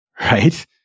Right